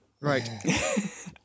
Right